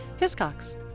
Hiscox